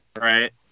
Right